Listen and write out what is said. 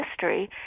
history